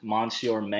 Monsieur